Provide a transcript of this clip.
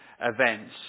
events